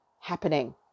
happening